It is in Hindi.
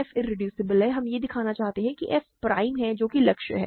f इरेड्यूसबल है हम यह दिखाना चाहते हैं कि f प्राइम है जो कि लक्ष्य है